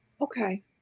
Okay